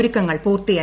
ഒരുക്കങ്ങൾ പൂർത്തിയായി